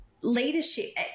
leadership